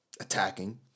attacking